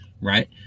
right